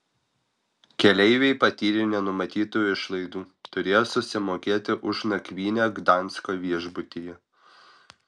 keleiviai patyrė nenumatytų išlaidų turėjo susimokėti už nakvynę gdansko viešbutyje